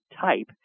type